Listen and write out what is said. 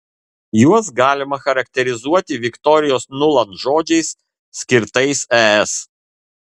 juos galima charakterizuoti viktorijos nuland žodžiais skirtais es